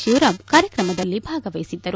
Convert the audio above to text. ಶಿವರಾಂ ಕಾರ್ಯಕ್ರಮದಲ್ಲಿ ಭಾಗವಹಿಸಿದ್ದರು